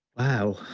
wow,